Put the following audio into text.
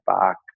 back